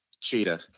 cheetah